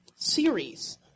series